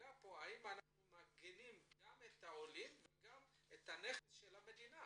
השאלה פה אם אנחנו מגנים על העולים וגם על הנכס של המדינה.